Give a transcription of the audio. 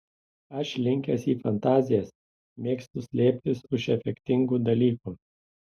aš linkęs į fantazijas mėgstu slėptis už efektingų dalykų